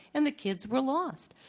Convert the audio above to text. and the kids were lost.